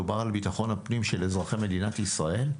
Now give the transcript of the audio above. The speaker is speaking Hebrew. מדובר על ביטחון הפנים של אזרחי מדינת ישראל.